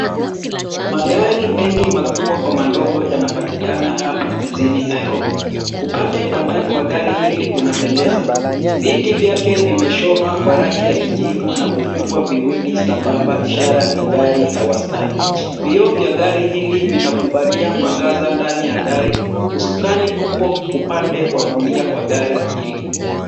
Magari mengi makubwa kwa madogo yanapatikana hapa jijini Nairobi. Upande wa ndani wa gari hili unapendeza. viti vyake vimeshonwa kwa rangi ya kijivu na kufungwa viwili sambamba ishara ni gari la wastani. Vioo vya gari hili vinakubalia mwangaza ndani ya gari . usukani upo upande wa kulia wa gari hili.